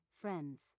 friends